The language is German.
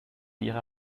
ihre